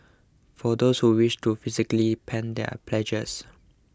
for those who wish to physically pen their pledges